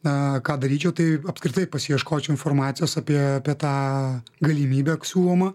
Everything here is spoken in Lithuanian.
na ką daryčiau tai apskritai pasiieškočiau informacijos apie apie tą galimybę siūlomą